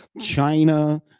China